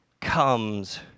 comes